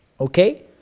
Okay